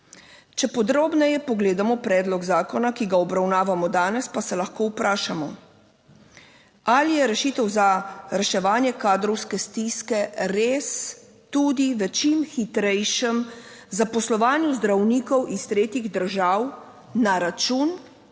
Če podrobneje pogledamo predlog zakona, ki ga obravnavamo danes, pa se lahko vprašamo, ali je rešitev za reševanje kadrovske stiske res tudi v čim hitrejšem zaposlovanju zdravnikov iz tretjih držav na račun